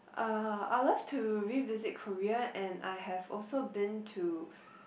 uh I'll love to revisit Korea and I have also been to